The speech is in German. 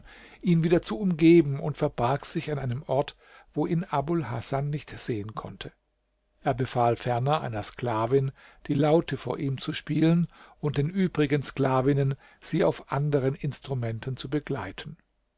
ihn wieder zu umgeben und verbarg sich an einem ort wo ihn abul hasan nicht sehen konnte er befahl ferner einer sklavin die laute vor ihm zu spielen und den übrigen sklavinnen sie auf anderen instrumenten zu begleiten